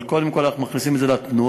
אבל קודם כול אנחנו מכניסים את זה לתנועה,